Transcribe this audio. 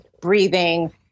breathing